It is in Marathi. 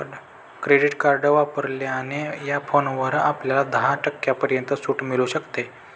क्रेडिट कार्ड वापरल्याने या फोनवर आपल्याला दहा टक्क्यांपर्यंत सूट मिळू शकते